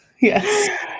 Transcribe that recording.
yes